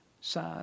side